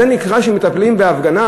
זה נקרא שמטפלים בהפגנה?